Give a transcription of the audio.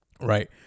right